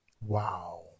Wow